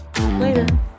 later